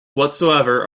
whatsoever